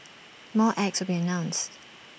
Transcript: more acts will be announced